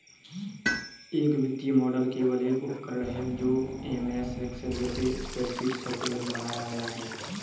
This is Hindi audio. एक वित्तीय मॉडल केवल एक उपकरण है जो एमएस एक्सेल जैसे स्प्रेडशीट सॉफ़्टवेयर में बनाया गया है